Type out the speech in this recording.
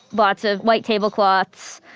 lots of white table cloths,